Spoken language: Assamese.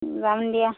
যাম দিয়া